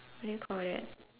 wait for it